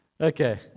Okay